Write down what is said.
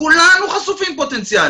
כולנו חשופים פוטנציאלים.